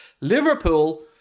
Liverpool